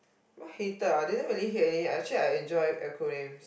not hated ah I didn't really hated any actually I enjoy acronyms